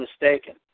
mistaken